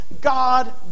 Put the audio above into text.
God